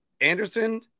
Anderson